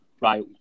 right